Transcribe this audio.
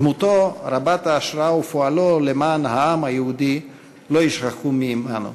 דמותו רבת ההשראה ופועלו למען העם היהודי לא יישכחו מעמנו.